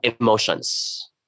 emotions